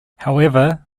however